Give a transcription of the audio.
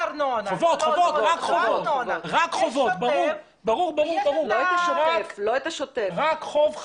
עלו פה עכשיו שאלות מהותיות והם צריכים להסכים לזה כי זה שינוי חוק.